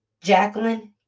Jacqueline